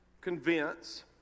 convince